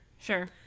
sure